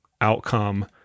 outcome